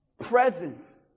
presence